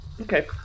Okay